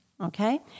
Okay